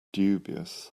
dubious